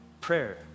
prayer